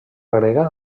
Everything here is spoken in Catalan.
grega